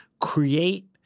create